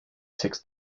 six